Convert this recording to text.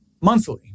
monthly